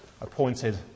Appointed